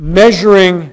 measuring